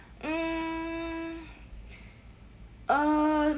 hmm uh